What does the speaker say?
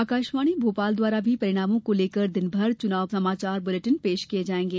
आकाशवाणी भोपाल द्वारा भी परिणामों को लेकर दिनभर चुनाव समाचार बुलेटिन पेश किये जाएंगे